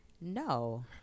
No